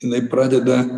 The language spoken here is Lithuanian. jinai pradeda